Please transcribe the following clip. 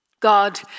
God